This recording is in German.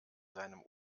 seinem